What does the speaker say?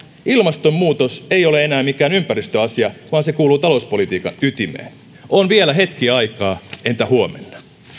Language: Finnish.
ilmastonmuutos ei ole enää mikään ympäristöasia vaan se kuuluu talouspolitiikan ytimeen on vielä hetki aikaa entä huomenna